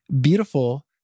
beautiful